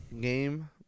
Game